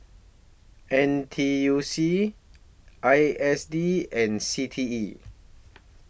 N T U C I S D and C T E